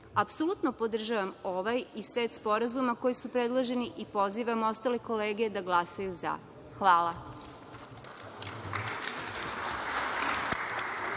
Apsolutno podržavam ovaj i set sporazuma koji su predloženi i pozivam ostale kolege da glasaju za. Hvala.